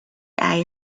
eye